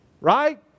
right